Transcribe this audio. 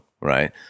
right